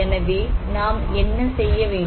எனவே நாம் என்ன செய்ய வேண்டும்